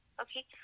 Okay